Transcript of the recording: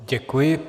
Děkuji.